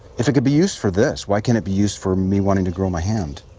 if it could be used for this, why can't it be used for me wanting to grow my hand?